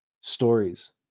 stories